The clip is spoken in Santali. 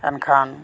ᱮᱱᱠᱷᱟᱱ